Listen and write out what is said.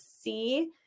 see